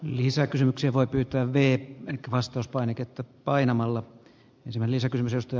lisäkysymyksiä voi pyytää merck costas painiketta painamalla kaste ohjelmassa